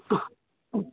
অঁ